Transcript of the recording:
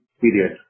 period